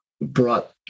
brought